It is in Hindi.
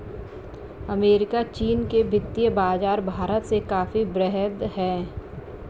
अमेरिका चीन के वित्तीय बाज़ार भारत से काफी वृहद हैं